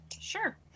sure